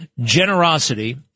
generosity